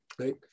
right